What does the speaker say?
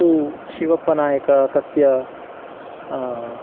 तु शिवप्पनायक तस्य